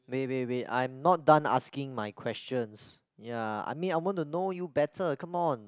wait wait wait I'm not done asking my questions ya I mean I want to know you better come on